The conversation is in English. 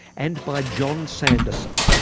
and by john sanderson,